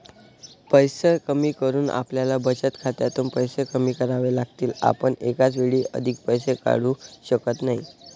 पैसे कमी करून आपल्याला बचत खात्यातून पैसे कमी करावे लागतील, आपण एकाच वेळी अधिक पैसे काढू शकत नाही